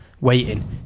waiting